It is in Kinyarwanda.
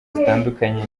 zitandukanye